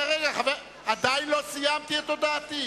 עדיין לא סיימתי את הודעתי.